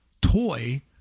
toy